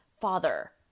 father